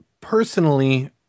Personally